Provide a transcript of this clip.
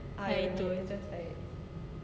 ah itu lah